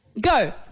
go